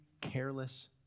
careless